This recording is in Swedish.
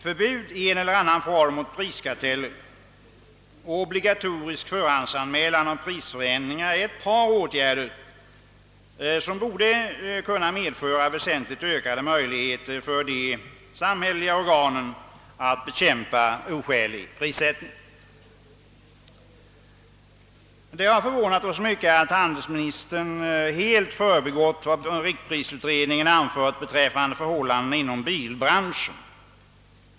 Förbud i en eller annan form mot priskarteller och obligatorisk förhandsanmälan om prisförändringar är ett par åtgärder, som borde kunna medföra väsentligt ökade möjligheter för de samhälleliga organen att bekämpa oskälig prissättning. Det har förvånat oss mycket att handelsministern helt har förbigått vad riktprisutredningen har anfört beträffande förhållandena inom bilbranschen.